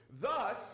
Thus